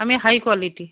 আমি high quality